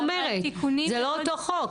זה לא אותו חוק.